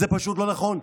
זה פשוט לא נכון.